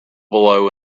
below